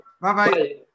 Bye-bye